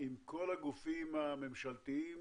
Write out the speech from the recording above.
עם כל הגופים הממשלתיים